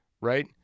right